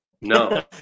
No